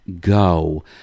go